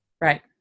right